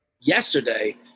yesterday